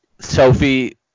Sophie